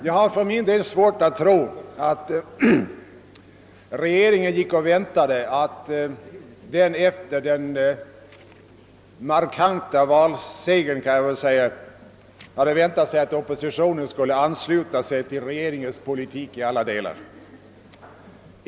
Jag har svårt att tro att regeringen väntat sig att oppositionen efter socialdemokratins markanta valseger skulle ansluta sig till regeringens politik i alla delar.